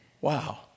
Wow